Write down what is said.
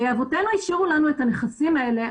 אבותינו השאירו לנו את הנכסים האלה.